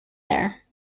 there